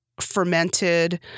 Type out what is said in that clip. fermented